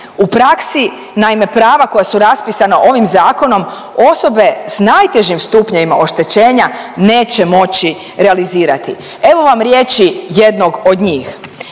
U praksi, naime, prava koja su raspisana ovim Zakonom, osobe s najtežim stupnjevima oštećenja, neće moći realizirati. Evo vam riječi jednog od njih.